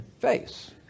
face